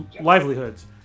livelihoods